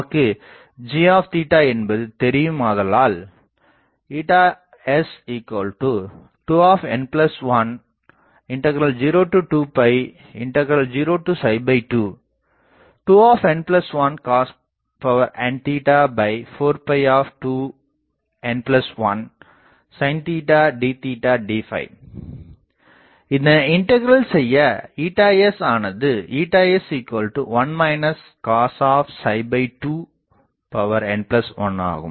நமக்கு g என்பது தெரியுமாதலால் s2n10202 2n1 cosn4 2n1 sin d d இதனை இண்டகிரல் செய்ய s ஆனது s1 cosn1 ஆகும்